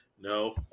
No